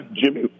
Jimmy